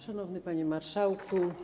Szanowny Panie Marszałku!